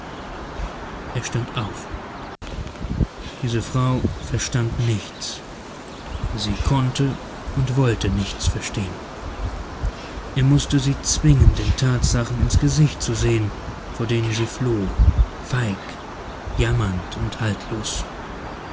er stand auf diese frau verstand nichts sie konnte und wollte nichts verstehen er mußte sie zwingen den tatsachen ins gesicht zu sehen vor denen sie floh feig jammernd und haltlos